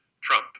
Trump